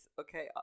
okay